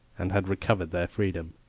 and had recovered their freedom.